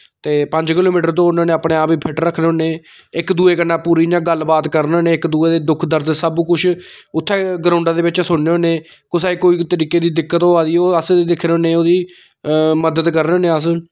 ते पंज किलोमीटर दौड़ने होन्ने अपने आप गी फिट रक्खने होन्ने इक दूए कन्नै पूरी इ'यां गल्ल बात करने होन्ने क दूए दे दुख दर्द सब कुछ उत्थै ग्राऊड़ै दे बिच्च सुनने होन्ने कुसै गी कोई तरीके दी दिक्कत होआ दी होऐ अस दिक्खने होन्ने ओह्दी मदद करने होन्ने अस